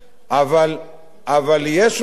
אבל יש מקום,